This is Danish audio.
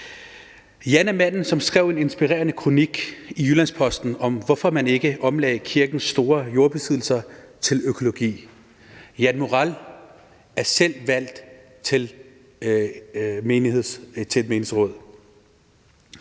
Jan er manden, som skrev en inspirerende kronik i Jyllands-Posten om, hvorfor man ikke omlagde kirkens store jordbesiddelser til økologi. Jan Morell er selv valgt til et menighedsråd.